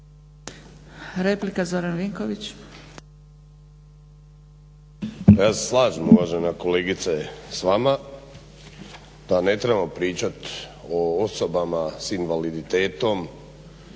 Replika Zoran Vinković.